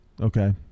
Okay